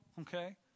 okay